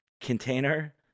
container